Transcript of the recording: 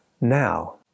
now